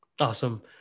Awesome